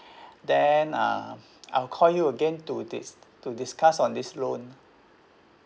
then um I'll call you again to dis~ to discuss on this loan